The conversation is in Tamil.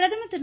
பிரதமர் திரு